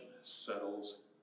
settles